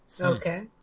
Okay